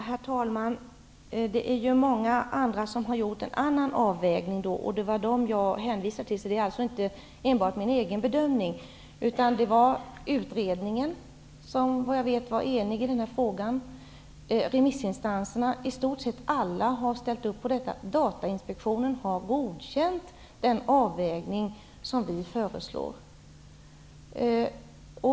Herr talman! Det är många andra som har gjort en annan avvägning. De var dem jag hänvisade till. Det är alltså inte enbart min egen bedömning. Utredningen var enig i den här frågan, såvitt jag vet. Remissinstanserna och i stort sett alla har ställt upp på detta. Datainspektionen har godkänt den avvägning som vi föreslår.